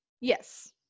Yes